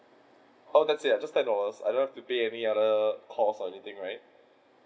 oh that's it ah just ten dollars I don't have pay any other cost or anything right